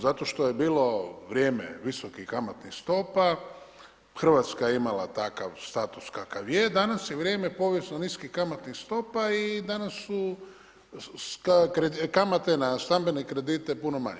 Zato što je bilo vrijeme visokih kamatnih stopa, Hrvatska je imala takav status kakav je, danas je vrijeme povijesno niskih kamatnih stopa i danas su kamate na stambene kredite puno manje.